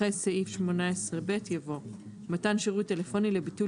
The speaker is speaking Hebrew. אחרי סעיף 18ב יבוא: "18ב1מתן שירות טלפני לביטול